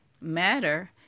matter